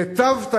היטבת אתנו,